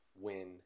win